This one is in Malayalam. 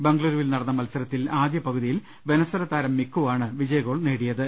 ബംഗളുരുവിൽ നടന്ന മത്സരത്തിൽ ആദ്യപകുതിയിൽ വെനസ്വല താരം മിക്കുവാണ് വിജയഗോൾ നേടിയത്